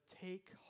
take